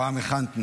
הפעם הכנת נאום.